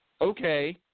Okay